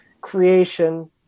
creation